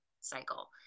cycle